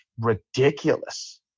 ridiculous